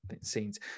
scenes